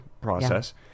process